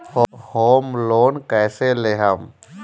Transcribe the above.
Home loan कैसे लेहम?